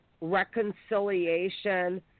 reconciliation